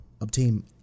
obtain